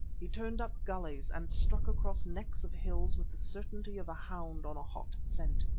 he turned up gulleys and struck across necks of hills with the certainty of a hound on a hot scent.